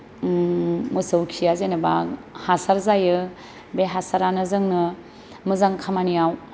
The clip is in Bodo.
मोसौ खिया जेनेबा हासार जायो बे हासारानो जोंनो मोजां खामानियाव